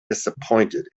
disappointed